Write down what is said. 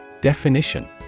Definition